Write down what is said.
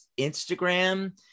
Instagram